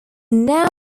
now